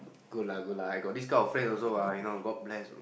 good lah good lah I got this kind of friend also ah you know god bless